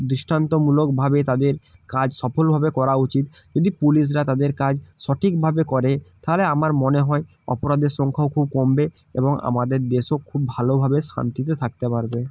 দৃষ্টান্তমূলকভাবে তাদের কাজ সফলভাবে করা উচিত যদি পুলিশরা তাদের কাজ সঠিকভাবে করে তাহলে আমার মনে হয় অপরাদের সংখ্যাও কমবে এবং আমাদের দেশও খুব ভালোভাবে শান্তিতে থাকতে পারবে